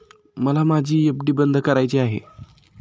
मला माझी एफ.डी बंद करायची आहे